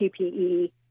PPE